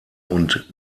und